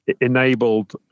enabled